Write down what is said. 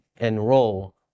enroll